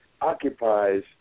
occupies